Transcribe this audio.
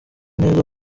neza